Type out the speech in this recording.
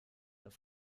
auf